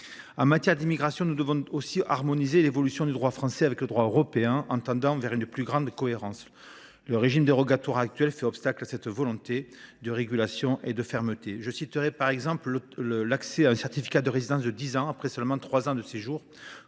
En matière d’immigration, nous devons par ailleurs harmoniser le droit français avec le droit européen en tendant vers une plus grande cohérence. Or le régime dérogatoire actuel fait obstacle à cette volonté de régulation et de fermeté. Je citerai par exemple l’accès à un certificat de résidence de dix ans après seulement trois ans de séjour,